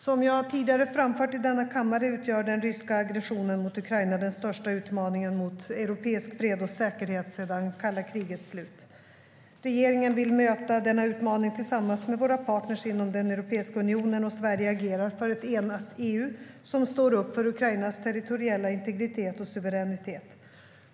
Som jag har framfört tidigare i denna kammare utgör den ryska aggressionen mot Ukraina den största utmaningen mot europeisk fred och säkerhet sedan kalla krigets slut. Regeringen vill möta denna utmaning tillsammans med våra partner inom Europeiska unionen, och Sverige agerar för ett enat EU som står upp för Ukrainas territoriella integritet och suveränitet.